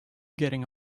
getting